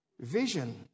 vision